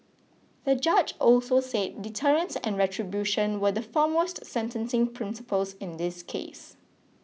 the judge also said deterrence and retribution were the foremost sentencing principles in this case